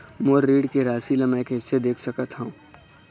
मोर ऋण के राशि ला म कैसे देख सकत हव?